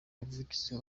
umuvugizi